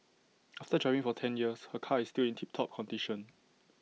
after driving for ten years her car is still in tip top condition